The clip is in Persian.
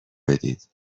بدید